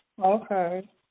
Okay